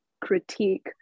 critique